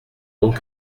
donc